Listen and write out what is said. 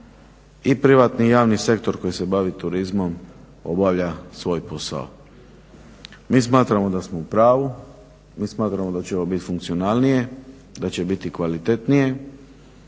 i privatni i javni sektor koji se bavi turizmom obavlja svoj posao. Mi smatramo da smo u pravu, mi smatramo da će ovo biti funkcionalnije, da će biti kvalitetnije